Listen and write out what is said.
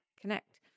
connect